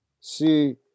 see